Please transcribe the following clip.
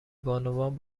بانوان